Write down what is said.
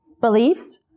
Beliefs